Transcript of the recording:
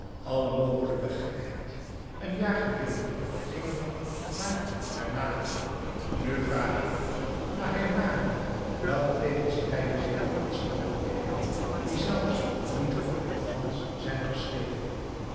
alle mogelijke gekheid een jaar geleden ging men naar hernani nu vraag ik u naar hernani welke tegenstrijdigheden en schandelijkheden die zelfs niet in goed fransch zijn geschreven